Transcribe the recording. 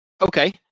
Okay